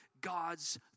God's